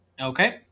Okay